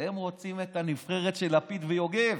הם רוצים את הנבחרת של לפיד ויוגב.